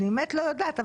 אני באמת לא יודעת,